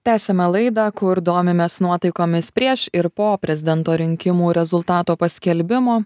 tęsiame laidą kur domimės nuotaikomis prieš ir po prezidento rinkimų rezultatų paskelbimo